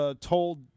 told